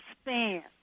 span